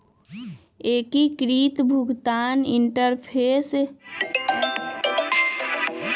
एकीकृत भुगतान interface app में अप्पन बैंक सेलेक्ट क के बैंक खता के जोड़नाइ होइ छइ